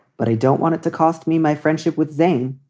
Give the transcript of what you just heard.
but i don't want it to cost me my friendship with zane.